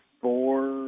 four